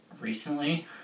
Recently